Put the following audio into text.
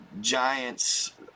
giants